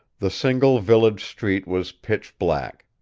the single village street was pitch black.